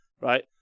right